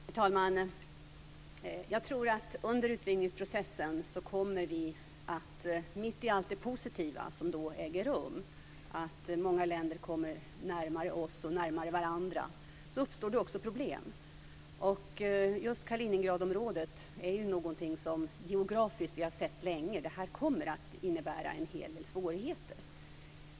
Herr talman! Jag tror att under utvidgningsprocessen, mitt i allt det positiva som då äger rum med många länder som kommer närmare oss och närmare varandra, uppstår det också problem. Just Kaliningradområdet har vi länge förstått kommer att innebära en hel del svårigheter geografiskt.